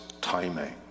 timing